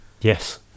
Yes